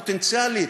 פוטנציאלית,